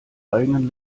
eigenen